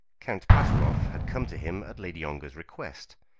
count pateroff had come to him at lady ongar's request,